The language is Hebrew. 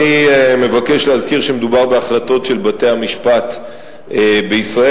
אני מבקש להזכיר שמדובר בהחלטות של בתי-המשפט בישראל,